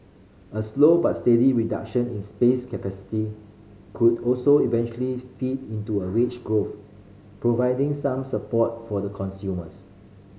a slow but steady reduction in spare capacity could also eventually feed into a wage growth providing some support for the consumers